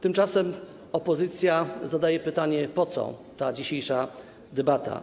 Tymczasem opozycja zadaje pytanie, po co ta dzisiejsza debata.